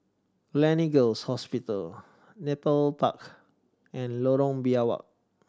Gleneagles Hospital Nepal Park and Lorong Biawak